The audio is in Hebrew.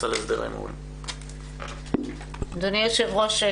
אדוני היושב-ראש,